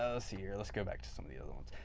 ah see here. let's go back to some of the other ones.